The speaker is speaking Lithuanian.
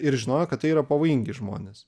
ir žinojo kad tai yra pavojingi žmonės